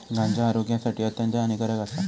गांजा आरोग्यासाठी अत्यंत हानिकारक आसा